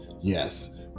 Yes